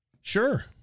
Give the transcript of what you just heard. sure